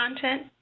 content